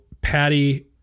Patty